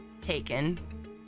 taken